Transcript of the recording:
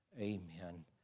amen